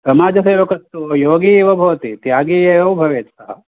समाजसेवकस्तु योगी इव भवतीति त्यागी एव भवेत् सः